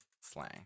slang